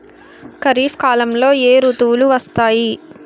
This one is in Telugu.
ఖరిఫ్ కాలంలో ఏ ఋతువులు వస్తాయి?